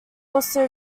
also